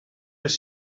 les